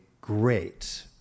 great